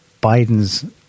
Biden's